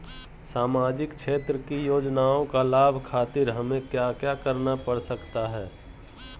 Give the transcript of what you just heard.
सामाजिक क्षेत्र की योजनाओं का लाभ खातिर हमें क्या क्या करना पड़ सकता है?